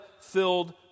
filled